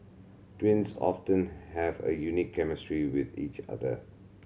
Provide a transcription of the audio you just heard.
twins often have a unique chemistry with each other